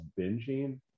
binging